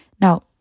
Now